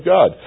God